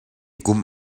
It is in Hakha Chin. kum